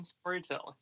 storytelling